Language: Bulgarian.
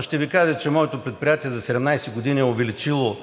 Ще ви кажа, че моето предприятие за 17 години е увеличило